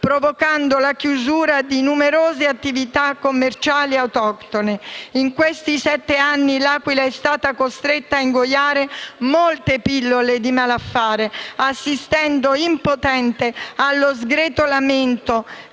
provocando la chiusura di numerose attività commerciali autoctone. In questi sette anni L'Aquila è stata costretta a ingoiare molte pillole di malaffare, assistendo impotente allo sgretolamento